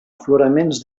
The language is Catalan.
afloraments